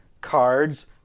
cards